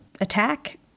attack